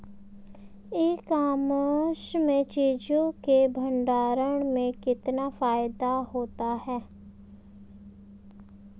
ई commerce में चीज़ों के भंडारण में कितना फायदा होता है?